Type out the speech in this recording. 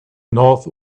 north